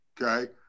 Okay